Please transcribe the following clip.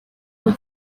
uko